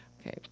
Okay